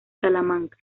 salamanca